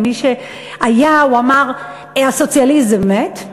למי שהיה הוא אמר: הסוציאליזם מת,